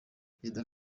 perezida